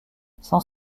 sans